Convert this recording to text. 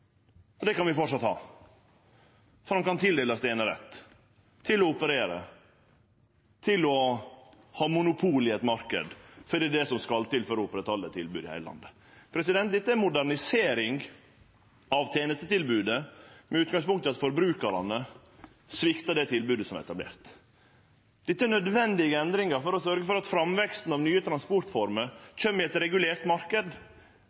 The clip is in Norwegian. og det kan vi framleis ha, for han kan tildelast einerett – til å operere, til å ha monopol i ein marknad. Det er det som skal til for å oppretthalde eit tilbod i heile landet. Dette er ei modernisering av tenestetilbodet med utgangspunkt i at forbrukarane sviktar det tilbodet som er etablert. Dette er nødvendige endringar for å sørgje for at framveksten av nye